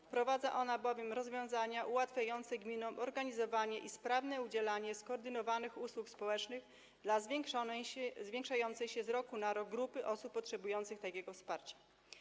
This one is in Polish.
Wprowadza on bowiem rozwiązania ułatwiające gminom organizowanie i sprawne udzielanie skoordynowanych usług społecznych dla zwiększającej się z roku na rok grupy osób potrzebujących takiego wsparcia.